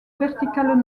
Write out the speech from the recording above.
verticales